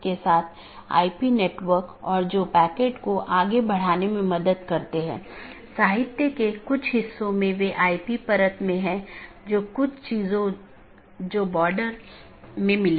कैसे यह एक विशेष नेटवर्क से एक पैकेट भेजने में मदद करता है विशेष रूप से एक ऑटॉनमस सिस्टम से दूसरे ऑटॉनमस सिस्टम में